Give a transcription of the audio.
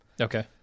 Okay